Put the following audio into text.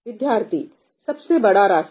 विद्यार्थीसबसे बड़ा रास्ता